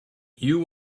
you